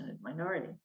minority